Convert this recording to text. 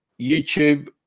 YouTube